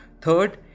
Third